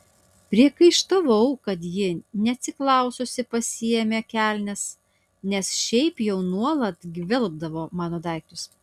priekaištavau kad ji neatsiklaususi pasiėmė kelnes nes šiaip jau nuolat gvelbdavo mano daiktus